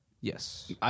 Yes